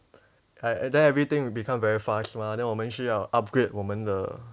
then everything will become very fast mah then 我们需要 upgrade 我们的